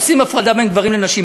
עושים הפרדה בין גברים לנשים,